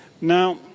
Now